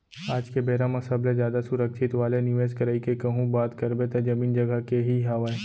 आज के बेरा म सबले जादा सुरक्छित वाले निवेस करई के कहूँ बात करबे त जमीन जघा के ही हावय